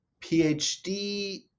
PhD